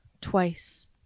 twice